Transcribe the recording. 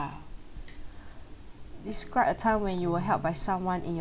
describe a time when you were helped by someone in your